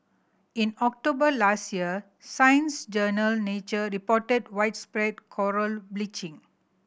in October last year science journal Nature reported widespread coral bleaching